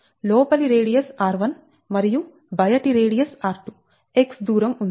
లోపలి radius r1 మరియు బయటి రేడియస్ r2 x దూరం ఉంది